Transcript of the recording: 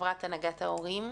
חברת הנהגת ההורים.